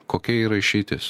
kokia yra išeitis